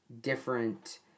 different